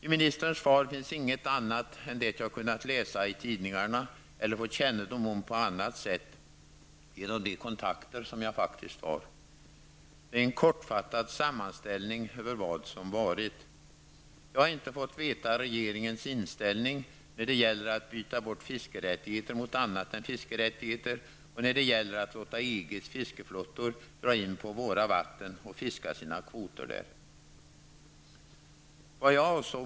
I ministerns svar finns inget annat än det jag kunnat läsa i tidningarna eller fått kännedom om på annat sätt genom de kontakter jag faktiskt har. Det är en kortfattad sammanställning över vad som har varit. Jag har inte fått veta regeringens inställning när det gäller att byta bort fiskerättigheter mot annat än fiskerättigheter när det gäller att låta EGs fiskeflottor dra in på våra vatten och fiska sina kvoter där.